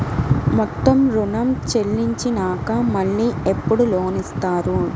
మొత్తం ఋణం చెల్లించినాక మళ్ళీ ఎప్పుడు లోన్ ఇస్తారు?